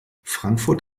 frankfurt